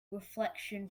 reflection